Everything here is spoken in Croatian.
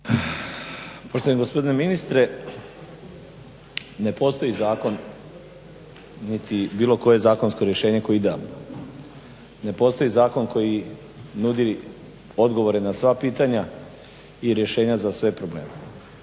Poštovani gospodine ministre, ne postoji zakon niti bilo koje zakonsko rješenje koje je idealan. Ne postoji zakon koji nudi odgovore na sva pitanja i rješenja za sve probleme.